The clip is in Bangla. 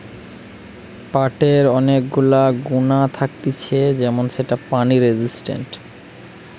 পাটের অনেক গুলা গুণা থাকতিছে যেমন সেটা পানি রেসিস্টেন্ট